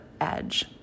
edge